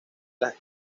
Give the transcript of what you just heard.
las